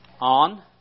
on